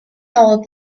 how